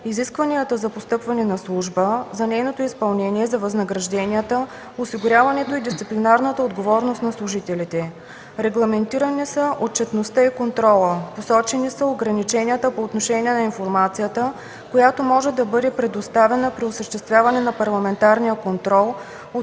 изискванията за постъпване на служба, за изпълнението й, за възнагражденията, осигуряването и дисциплинарната отговорност на служителите. Регламентирани са отчетността и контролът. Посочени са ограничения по отношение на информацията, която може да бъде предоставяна при осъществяване на парламентарния контрол,